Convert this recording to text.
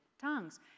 tongues